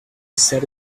said